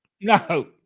No